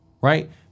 right